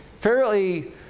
fairly